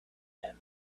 him